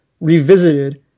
revisited